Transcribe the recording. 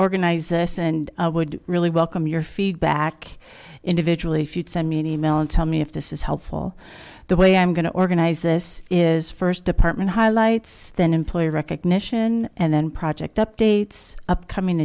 organize this and i would really welcome your feedback individually if you'd send me an e mail and tell me if this is helpful the way i'm going to organize this is first department highlights then employer recognition and then project updates upcoming